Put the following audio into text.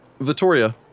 Vittoria